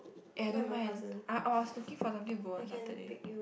eh I don't mind I I was looking for something to go on Saturday